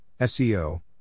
SEO